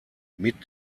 mit